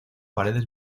paredes